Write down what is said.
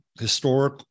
historic